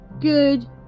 good